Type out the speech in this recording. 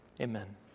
amen